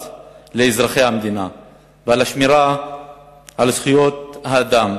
לאזרחי המדינה ועל השמירה על זכויות האדם,